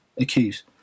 Accused